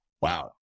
wow